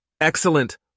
excellent